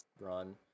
run